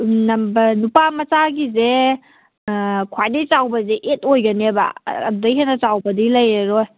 ꯎꯝ number ꯅꯨꯄꯥ ꯃꯆꯥꯒꯤꯁꯦ ꯑꯥ ꯈ꯭ꯋꯥꯏꯗꯩ ꯆꯥꯎꯕꯁꯦ ꯑꯩꯠ ꯑꯣꯏꯒꯅꯦꯕ ꯑꯗꯨꯗꯩ ꯍꯦꯟꯅ ꯆꯥꯎꯕꯗꯤ ꯂꯩꯔꯔꯣꯏ